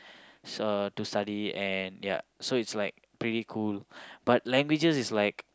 so to study and ya so it's like pretty cool but languages is like